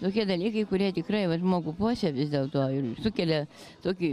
tokie dalykai kurie tikrai vat žmogų puošia vis dėlto ir sukelia tokį